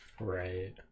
right